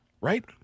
right